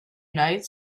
united